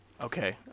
okay